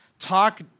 Talk